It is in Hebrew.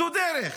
זו דרך.